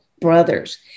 brothers